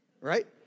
right